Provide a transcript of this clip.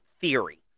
theory